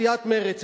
סיעת מרצ,